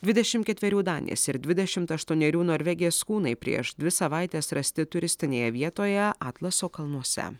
dvidešimt ketverių danės ir dvidešimt aštuonerių norvegės kūnai prieš dvi savaites rasti turistinėje vietoje atlaso kalnuose